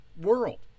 world